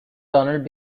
donald